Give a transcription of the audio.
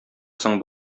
соң